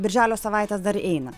birželio savaites dar eina